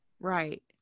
Right